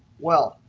well,